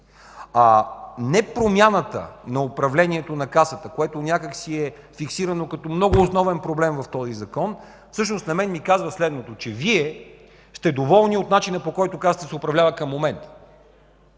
Непромяната на управлението на Касата, което някак си е фиксирано като много основен проблем в този закон, всъщност на мен ми казва следното. Че Вие сте доволни от начина, по който Касата се управлява към момента.